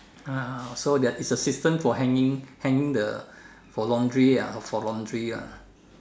uh so that it's a system for hanging hanging the for laundry ah for laundry ah